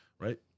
right